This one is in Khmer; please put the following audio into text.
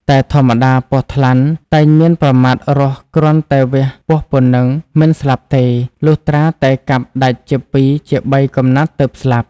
តែធម្មតាពស់ថ្លាន់តែងមានប្រមាត់រស់គ្រាន់តែវះពោះប៉ុណ្ណឹង មិនស្លាប់ទេ លុះត្រាតែកាប់ដាច់ជាពីរជាបីកំណាត់ទើបស្លាប់